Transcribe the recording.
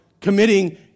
committing